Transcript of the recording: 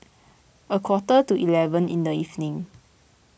a quarter to eleven in the evening